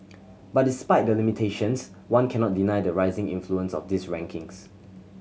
but despite the limitations one cannot deny the rising influence of these rankings